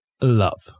Love